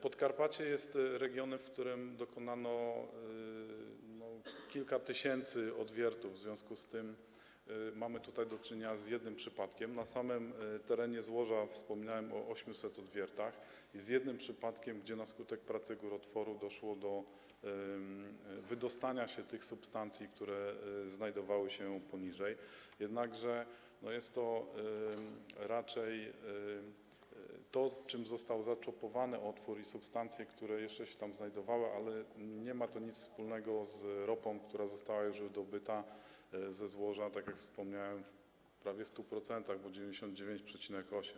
Podkarpacie jest regionem, w którym dokonano kilka tysięcy odwiertów, a mamy tutaj do czynienia z jednym przypadkiem - na samym terenie złoża wspomniałem o 800 odwiertach - gdzie na skutek pracy górotworu doszło do wydostania się substancji, które znajdowały się poniżej, jednakże jest to raczej to, czym został zaczopowany otwór, i substancja, która jeszcze się tam znajdowała, ale nie ma to nic wspólnego z ropą, która została już wydobyta ze złoża, tak jak wspomniałem, w prawie 100%, bo 99,8.